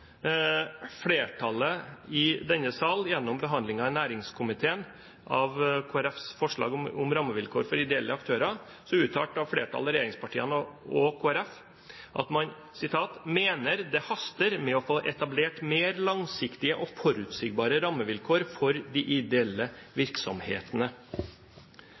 om rammevilkårene for ideelle aktører, uttalte flertallet, regjeringspartiene og Kristelig Folkeparti, at man «mener det haster med å få etablert mer langsiktige og forutsigbare rammevilkår for de ideelle virksomhetene».